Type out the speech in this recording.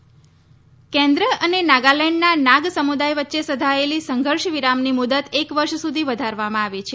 નાગ સમજૂતી કેન્દ્ર અને નાગાલેન્ડના નાગ સમુદાય વચ્ચે સધાયેલી સંઘર્ષ વિરામની મુદ્દત એક વર્ષ સુધી વધારવામાં આવી છે